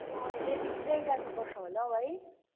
अँ रेलीतिरै जानुपर्छ होला हौ है